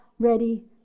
ready